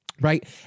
right